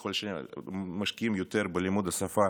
ככל שמשקיעים יותר בלימוד השפה